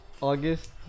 August